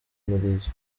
umurizo